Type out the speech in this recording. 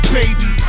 baby